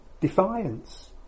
defiance